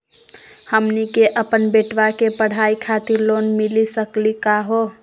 हमनी के अपन बेटवा के पढाई खातीर लोन मिली सकली का हो?